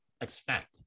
expect